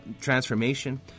transformation